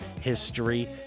history